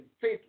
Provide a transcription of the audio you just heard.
faith